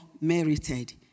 merited